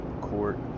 Court